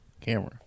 camera